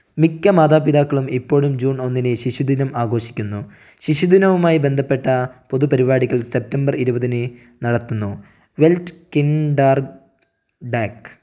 മിക്ക മാതാപിതാക്കളും ഇപ്പോഴും ജൂൺ ഒന്നിന് ശിശുദിനം ആഘോഷിക്കുന്നു ശിശുദിനവുമായി ബന്ധപ്പെട്ട പൊതു പരിപാടികൾ സെപ്റ്റംബർ ഇരുപതിന് നടത്തുന്നു വെൽറ്റ് കിൻഡർടാഗ്